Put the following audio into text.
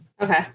okay